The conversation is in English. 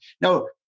No